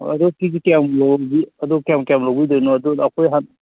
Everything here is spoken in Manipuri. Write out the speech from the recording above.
ꯑꯥ ꯑꯗꯣ ꯀꯦꯖꯤ ꯀꯌꯥꯃꯨꯛ ꯂꯧꯕꯤ ꯑꯗꯨ ꯀꯌꯥꯝ ꯀꯌꯥꯝ ꯂꯧꯕꯤꯗꯣꯏꯅꯣ ꯑꯗꯨ ꯑꯩꯈꯣꯏ ꯍꯥꯟꯅ